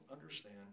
understand